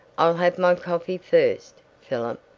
i'll have my coffee first, philip.